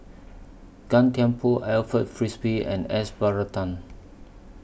Gan Thiam Poh Alfred Frisby and S Varathan